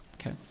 Okay